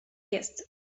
jest